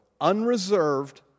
unreserved